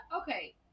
Okay